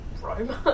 Rome